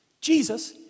Jesus